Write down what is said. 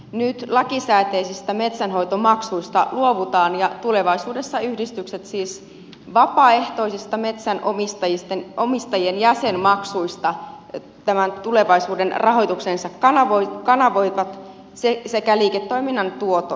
nyt lakisääteisistä metsänhoitomaksuista luovutaan ja tulevaisuudessa yhdistykset siis kanavoivat vapaaehtoisista metsänomistajien jäsenmaksuista sekä liiketoiminnan tuotoista tämän tulevaisuuden rahoituksensa kanavoi kanavoivat sen sekä liiketoiminnan tuotto